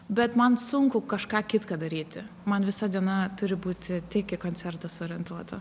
bet man sunku kažką kitką daryti man visa diena turi būti tik į koncertą su orientuota